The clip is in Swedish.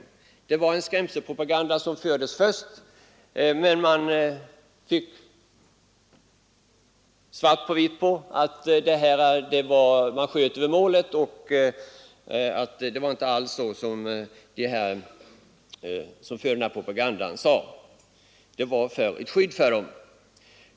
Först fördes en skrämselpropaganda mot den, men bland invandrarna fick man snart klart för sig att kritikerna sköt över målet och att det inte alls förhöll sig så som de sade. Terroristlagen är ett skydd för invandrarna.